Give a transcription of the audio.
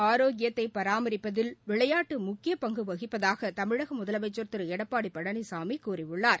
ஆரோக்கியத்தை பராமரிப்பதில் விளையாட்டு உடல் முக்கிய பங்கு வகிப்பதாக தமிழக முதலமைச்சர் திரு எடப்பாடி பழனிசாமி கூறியுள்ளார்